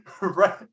right